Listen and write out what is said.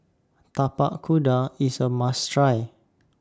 Tapak Kuda IS A must Try